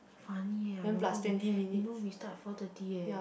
funny ah I remember we you know we start four thirty eh